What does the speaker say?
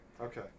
Okay